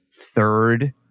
third